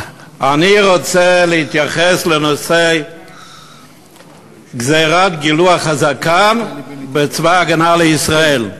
אני רוצה להתייחס לנושא גזירת גילוח הזקן בצבא ההגנה לישראל.